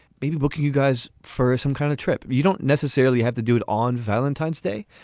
maybe booking you guys for some kind of trip. you don't necessarily have to do it on valentine's day,